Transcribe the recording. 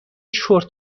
شورت